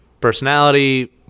personality